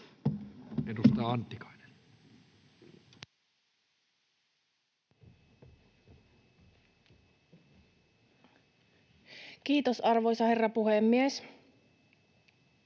edustaja Antikainen. Kiitos, arvoisa herra puhemies!